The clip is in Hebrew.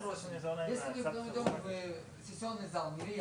מאזרחי תל אביב לשתף פעולה במטרה לסייע למשטרה בביצוע עבודתה,